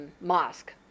mosque